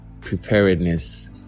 preparedness